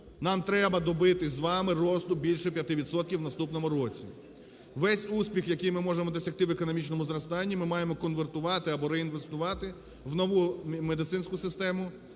нам треба добитися з вами росту більше 5 відсотків в наступному році. Весь успіх, який ми можемо досягти в економічному зростанні, ми маємо конвертувати або реінвестувати в нову медицинську систему,